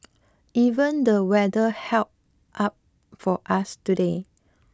even the weather held up for us today